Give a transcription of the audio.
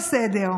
ויועציה?